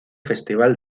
festival